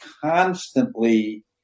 constantly